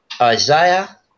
Isaiah